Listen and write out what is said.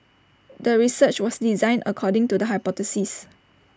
the research was designed according to the hypothesis